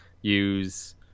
use